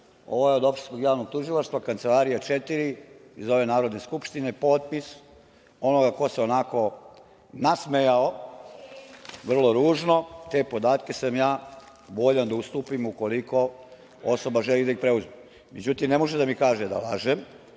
ova je od opštinskog javnog tužilaštva, kancelarija 4, iz ove Narodne skupštine, potpis onoga ko se onako nasmejao vrlo ružno, te podatke sam ja voljan da ustupim ukoliko osoba želi da ih preuzme. Međutim, ne može da mi kaže da lažem